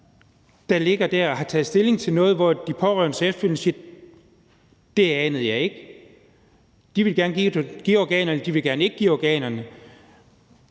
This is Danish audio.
der lå der og havde taget stilling til det, hvor de pårørende så efterfølgende sagde: Det anede jeg ikke. De vil gerne give organerne, og de pårørende vil ikke give organerne.